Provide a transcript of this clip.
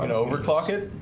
and overclocked it